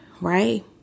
right